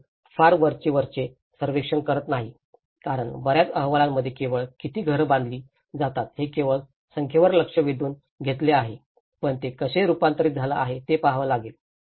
आपण फार वरवरचे सर्वेक्षण करत नाही कारण बर्याच अहवालांमध्ये केवळ किती घरं बांधली जातात हे केवळ संख्येवर लक्ष वेधून घेतलं आहे पण ते कसं रुपांतर झालं आहे ते पाहावं लागेल